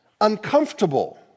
uncomfortable